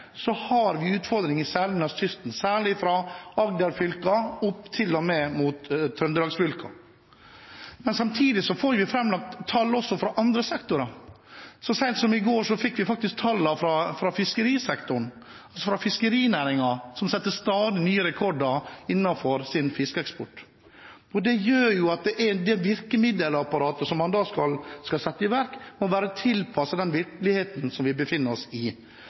så har vi påpekt at mens det går godt i veldig mange fylker, har vi utfordringer særlig langs kysten, særlig fra Agder-fylkene opp til og med Trøndelags-fylkene. Men samtidig får vi framlagt tall også fra andre sektorer. Så sent som i går fikk vi tallene fra fiskerinæringen, som setter stadig nye rekorder innenfor sin fiskeeksport. Det gjør at det virkemiddelapparatet som man da skal sette i verk, må være tilpasset den virkeligheten som vi befinner oss i,